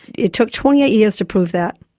it took twenty eight years to prove that.